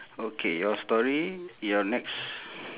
okay your story your next